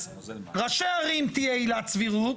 אז ראשי ערים תהיה עילת סבירות,